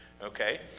Okay